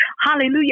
Hallelujah